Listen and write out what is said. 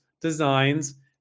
designs